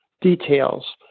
details